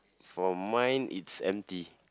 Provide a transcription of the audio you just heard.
for mine it's empty